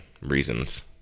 reasons